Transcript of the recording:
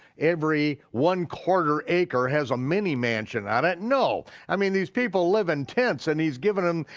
every one quarter acre has a mini mansion on it, no, i mean these people live in tents and he's given him,